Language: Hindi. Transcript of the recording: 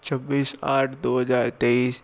छब्बीस आठ दो हज़ार तेईस